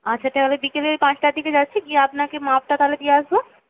আচ্ছা তাহলে বিকেলে ওই পাঁচটার দিকে যাচ্ছি গিয়ে আপনাকে মাপটা তাহলে দিয়ে আসবো